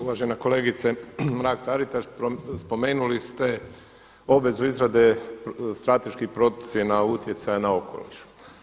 Uvažena kolegice Mrak Taritaš, spomenuli ste obvezu izrade strateških procjena utjecaja na okoliš.